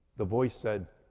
the voice said,